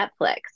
Netflix